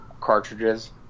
cartridges